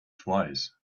twice